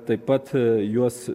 taip pat juos